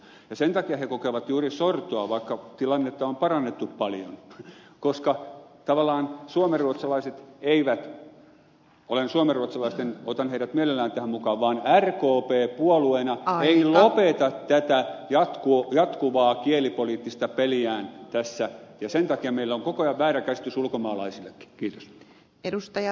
juuri sen takia he kokevat sortoa vaikka tilannetta on parannettu paljon että tavallaan suomenruotsalaiset otan mielelläni tähän mukaan rkp puolueena ei lopeta tätä jatkuvaa kielipoliittista peliään tässä ja sen takia meillä on koko ajan väärä käsitys ulkomaalaisillakin